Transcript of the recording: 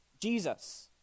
Jesus